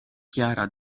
chiara